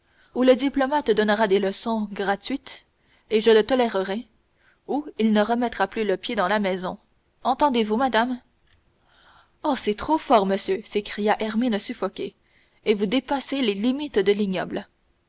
ou le diplomate donnera des leçons gratuites et je le tolérerai ou il ne remettra plus le pied dans ma maison entendez-vous madame oh c'est trop fort monsieur s'écria hermine suffoquée et vous dépassez les limites de l'ignoble